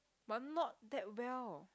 but not that well